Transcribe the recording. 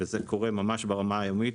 זה קורה ממש ברמה היומית.